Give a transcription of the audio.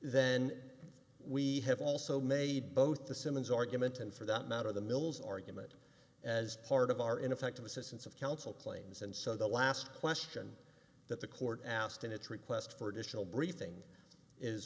then we have also made both the simmons argument and for that matter the mil's argument as part of our ineffective assistance of counsel claims and so the last question that the court asked in its request for additional briefing is